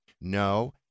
No